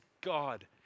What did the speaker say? God